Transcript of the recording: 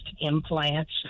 implants